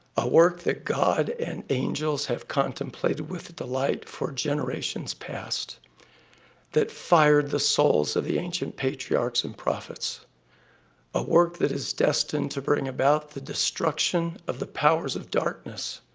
a work that god and angels have contemplated with delight for generations past that fired the souls of the ancient patriarchs and prophets a work that is destined to bring about the destruction of the powers of darkness,